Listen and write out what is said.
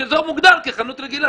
שזה יוגדר כחנות רגילה.